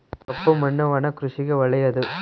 ಕಪ್ಪು ಮಣ್ಣು ಒಣ ಕೃಷಿಗೆ ಒಳ್ಳೆಯದು